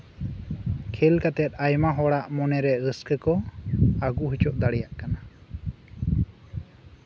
ᱠᱷᱮᱹᱞ ᱠᱟᱛᱮ ᱟᱭᱢᱟ ᱦᱚᱲᱟᱜ ᱢᱚᱱᱮ ᱨᱮ ᱨᱟᱹᱥᱠᱟᱹ ᱠᱚ ᱟᱜᱩ ᱦᱚᱪᱚ ᱫᱟᱲᱮᱭᱟᱜ ᱠᱟᱱᱟ